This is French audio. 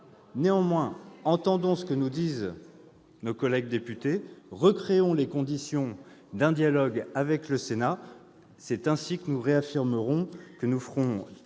Néanmoins, entendons ce que nous disent nos collègues députés, recréons les conditions d'un dialogue avec le Sénat : c'est ainsi que nous ferons, à mon